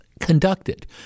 conducted